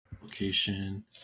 location